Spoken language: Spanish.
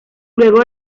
luego